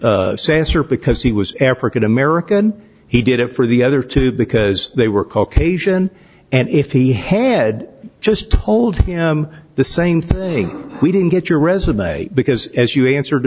sasser because he was african american he did it for the other two because they were caucasian and if he had just told them the same thing we didn't get your resume because as you answer